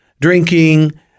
drinking